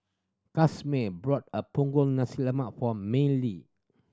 Casimer brought a Punggol Nasi Lemak for Mellie